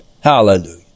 Hallelujah